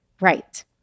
Right